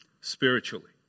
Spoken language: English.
spiritually